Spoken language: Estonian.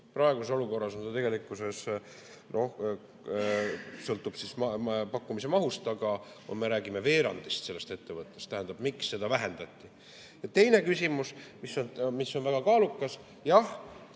Praeguses olukorras see tegelikkuses sõltub pakkumise mahust, aga me räägime veerandist sellest ettevõttest. Tähendab, miks seda vähendati? Ja teine küsimus, mis on väga kaalukas. Jah,